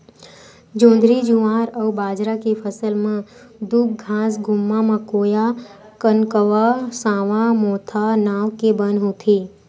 जोंधरी, जुवार अउ बाजरा के फसल म दूबघास, गुम्मा, मकोया, कनकउवा, सावां, मोथा नांव के बन होथे